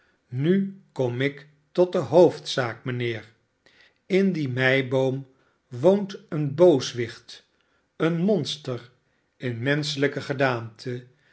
nu kom ik tot de hoofdzaak mijnheer in die meiboom woont een booswicht een monster in menschelijke gedaante